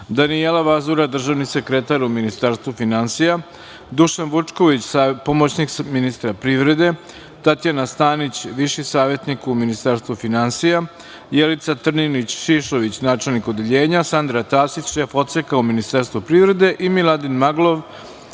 Danijela Vazura, državni sekretar u Ministarstvu finansija, Dušan Vučković, pomoćnik ministra privrede, Tatjana Stanić, viši savetnik u Ministarstvu finansija, Jelica Trninić Šišović, načelnik Odeljenja, Sandra Tasić, šef Odseka u Ministarstvu privrede i Miladin Maglov,